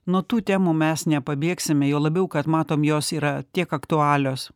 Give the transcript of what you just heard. nuo tų temų mes nepabėgsime juo labiau kad matom jos yra tiek aktualios